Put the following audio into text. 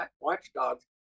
watchdogs